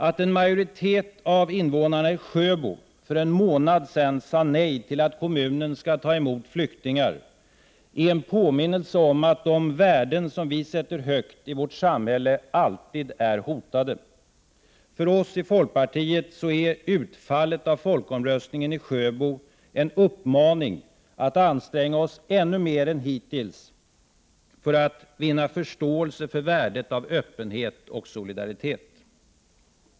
Att en majoritet av invånarna i Sjöbo för en månad sedan sade nej till att kommunen skall ta emot flyktingar är en påminnelse om att de värden som vi sätter högt i vårt samhälle alltid är hotade. För oss i folkpartiet är utfallet av folkomröstningen i Sjöbo en uppmaning att anstränga oss ännu mer än hittills för att vinna förståelse för värdet av öppenhet och solidaritet.